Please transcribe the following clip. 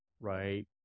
right